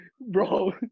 Bro